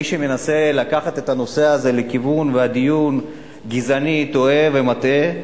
מי שמנסה לקחת את הנושא לכיוון של דיון גזעני טועה ומטעה,